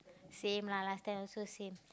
same lah last time also same